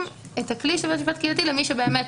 את הכלי של בית משפט ייעודי למי שבאמת